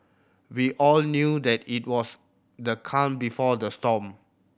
we all knew that it was the calm before the storm